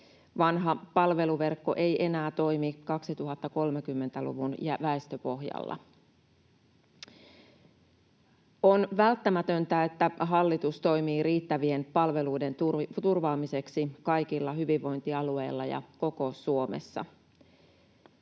Vanha palveluverkko ei enää toimi 2030-luvun väestöpohjalla. On välttämätöntä, että hallitus toimii riittävien palveluiden turvaamiseksi kaikilla hyvinvointialueilla ja koko Suomessa.